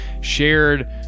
shared